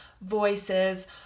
voices